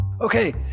Okay